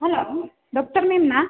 हेल' doctor मेमना